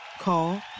Call